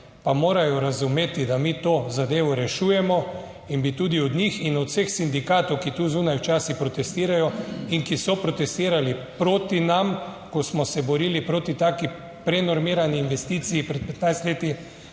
pa morajo razumeti, da mi to zadevo rešujemo, in bi tudi od njih in od vseh sindikatov, ki tu zunaj včasih protestirajo, in ki so protestirali proti nam, ko smo se borili proti taki prenormirani investiciji pred 15. leti,